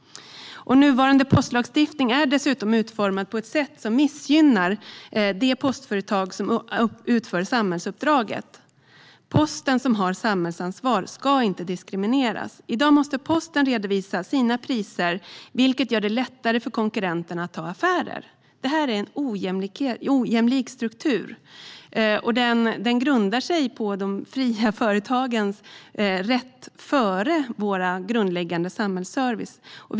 Den nuvarande postlagstiftningen är dessutom utformad på ett sätt som missgynnar det postföretag som utför samhällsuppdraget. Posten, som har samhällsansvar, ska inte diskrimineras. I dag måste posten redovisa sina priser, vilket gör det lättare för konkurrenterna att ta affärer. Detta är en ojämlik struktur som sätter de fria företagens rätt före vår grundläggande samhällsservice.